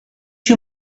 you